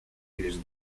лишь